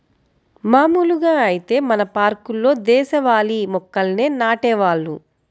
మాములుగా ఐతే మన పార్కుల్లో దేశవాళీ మొక్కల్నే నాటేవాళ్ళు